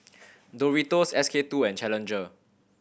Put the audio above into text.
Doritos S K Two and Challenger